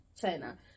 China